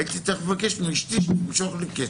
הייתי צריך לבקש מאשתי שתמשוך לי כסף.